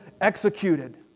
executed